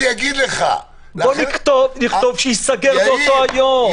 בוא נכתוב שייסגר באותו היום.